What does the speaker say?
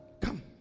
Come